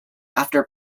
after